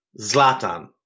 Zlatan